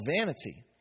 vanity